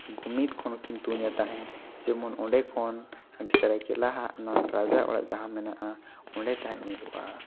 ᱜᱩᱢᱤᱫᱽ ᱠᱷᱚᱱ ᱠᱤᱱ ᱛᱩᱧᱟ ᱛᱟᱦᱮᱫ ᱡᱮᱢᱚᱱ ᱚᱸᱰᱮ ᱠᱷᱚᱱ ᱦᱟᱸᱰᱮ ᱥᱚᱨᱟᱭ ᱠᱮᱞᱞᱟ ᱦᱟᱜ ᱚᱱᱟ ᱨᱟᱡᱟ ᱚᱲᱟᱜ ᱡᱟᱦᱟᱸ ᱢᱮᱱᱟᱜᱼᱟ ᱚᱸᱰᱮ ᱛᱟᱦᱮᱫ ᱧᱩᱨᱩᱜᱼᱟ